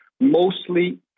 Mostly